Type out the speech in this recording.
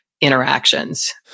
interactions